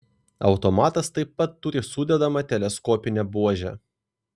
automatas taip pat turi sudedamą teleskopinę buožę